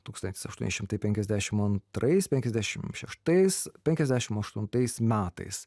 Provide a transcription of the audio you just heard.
tūkstantis aštuoni šimtai penkiasdešim antrais penkiasdešim šeštais penkiasdešim aštuntais metais